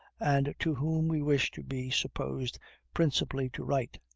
and to whom we wish to be supposed principally to write,